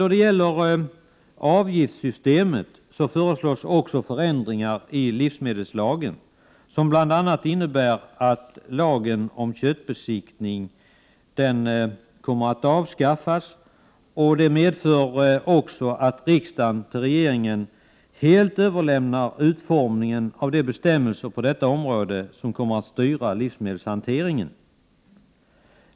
När det gäller avgiftssystemet föreslås förändringar i livsmedelslagen som bl.a. innebär att lagen om köttbesiktning kommer att avskaffas, vilket medför att riksdagen till regeringen helt överlämnar utformningen av de bestämmelser på detta område som kommer att styra livsmedelshanteringen.